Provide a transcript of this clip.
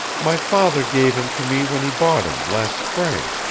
my father gave him to me when he bought him, last spring.